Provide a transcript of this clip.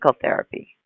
therapy